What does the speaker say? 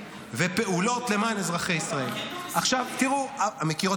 הרי הציבור הישראלי לא ראה את